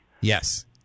Yes